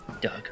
Doug